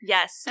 Yes